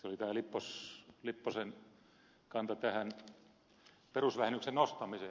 se oli tämä lipposen kanta perusvähennyksen nostamiseen